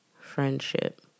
friendship